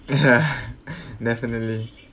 yeah definitely